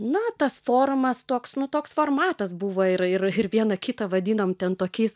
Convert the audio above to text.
na tas forumas toks nu toks formatas buvo ir ir viena kitą vadinom ten tokiais